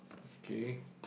okay